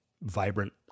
vibrant